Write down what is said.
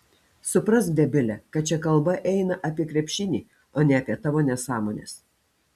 suprask debile kad čia kalba eina apie krepšinį o ne apie tavo nesąmones